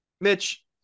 Mitch